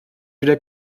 wieder